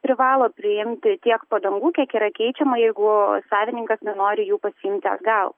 privalo priimti tiek padangų kiek yra keičiama jeigu savininkas nenori jų pasiimti atgal